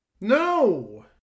No